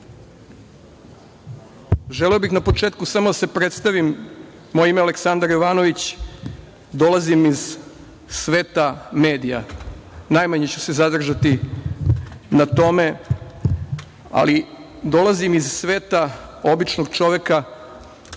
bih na početku samo da se predstavim, moje ime je Aleksandar Jovanović. Dolazim iz sveta medija. Najmanje ću se zadržati na tome, ali dolazim iz sveta običnog čoveka